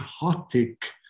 chaotic